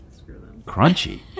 Crunchy